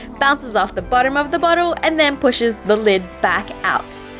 bounces off the bottom of the bottle, and then, pushes the lid back out,